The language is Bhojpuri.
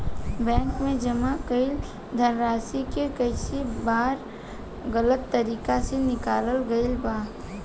बैंक में जमा कईल धनराशि के कई बार गलत तरीका से निकालल गईल बा